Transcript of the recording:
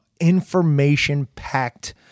information-packed